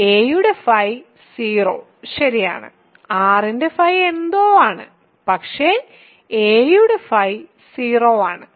a യുടെ φ 0 ശരിയാണ് r ന്റെ φ എന്തോ ആണ് പക്ഷേ a യുടെ φ 0 ആണ്